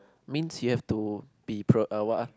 means you have to be pro~ what ah